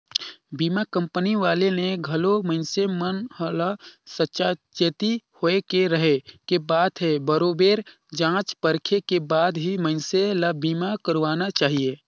बीमा कंपनी वाले ले घलो मइनसे मन ल सावाचेती होय के रहें के बात हे बरोबेर जॉच परखे के बाद ही मइनसे ल बीमा करवाना चाहिये